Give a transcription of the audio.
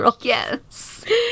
Yes